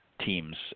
teams